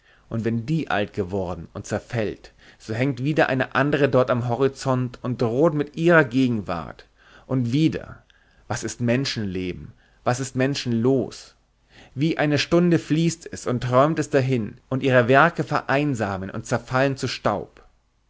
und wenn die alt geworden und zerfällt so hängt wieder eine andere dort am horizont und droht mit ihrer gegenwart und wieder was ist menschenleben was ist menschenlos wie eine stunde fließt es und träumt es dahin und ihre werke vereinsamen und zerfallen zu staub